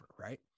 right